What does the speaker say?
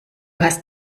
hast